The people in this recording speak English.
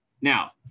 Now